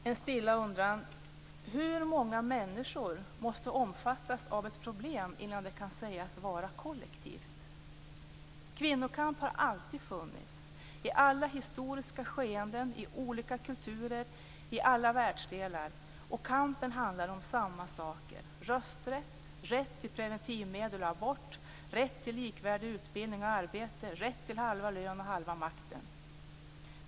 En stilla undran: Hur många människor måste omfattas av ett problem innan det kan sägas vara kollektivt? Kvinnokamp har alltid funnits - i alla historiska skeenden, i olika kulturer, i alla världsdelar. Och kampen handlar om samma saker: rösträtt, rätt till preventivmedel och abort, rätt till likvärdig utbildning och arbete, rätt till halva lönen och halva makten.